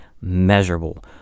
measurable